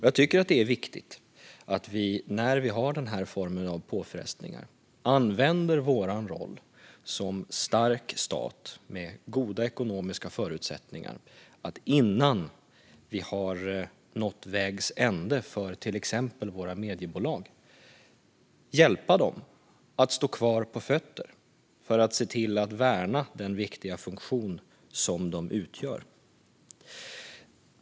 Jag tycker att det är viktigt att vi när vi har denna form av påfrestningar använder vår roll som stark stat med goda ekonomiska förutsättningar för att innan vi har nått vägs ände för till exempel våra mediebolag hjälpa dem att stå kvar på fötter och för att se till att värna den viktiga funktion som de utgör.